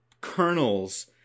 kernels